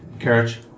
carriage